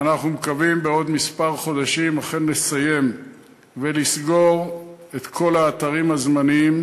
ואנחנו מקווים בעוד כמה חודשים אכן לסיים ולסגור את כל האתרים הזמניים,